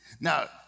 Now